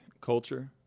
culture